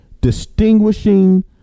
distinguishing